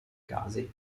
casi